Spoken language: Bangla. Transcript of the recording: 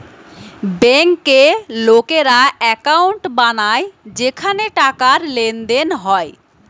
বেঙ্কে লোকেরা একাউন্ট বানায় যেখানে টাকার লেনদেন হয়